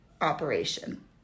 operation